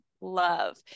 love